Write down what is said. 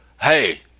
Hey